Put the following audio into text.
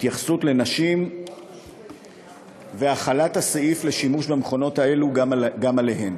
התייחסות לנשים והחלת הסעיף על שימוש במכונות האלה גם עליהן.